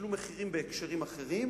תשלום מחירים בהקשרים אחרים